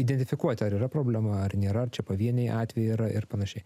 identifikuoti ar yra problema ar nėra čia pavieniai atvejai yra ir panašiai